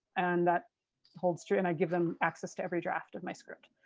and that holds true and i give them access to every draft of my script.